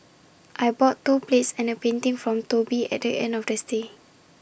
I bought two plates and A painting from Toby at the end of the stay